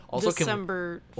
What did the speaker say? december